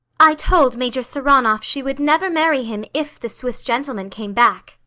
i told major saranoff she would never marry him if the swiss gentleman came back.